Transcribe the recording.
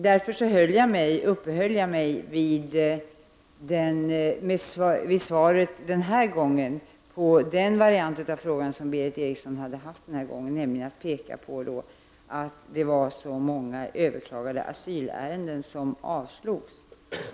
Därför uppehöll jag mig i svaret den här gången vid den variant av frågan som Berith Eriksson nu hade, nämligen att så många överklagade asylärenden avslås.